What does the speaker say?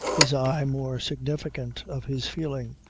his eye more significant of his feeling,